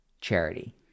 charity